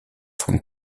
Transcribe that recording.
from